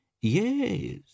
Yes